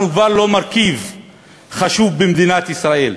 אנחנו כבר לא מרכיב חשוב במדינת ישראל.